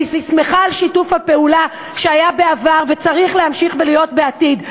אני שמחה על שיתוף הפעולה שהיה בעבר וצריך להמשיך ולהיות בעתיד.